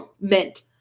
mint